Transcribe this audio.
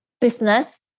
business